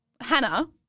Hannah